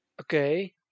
Okay